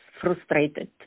frustrated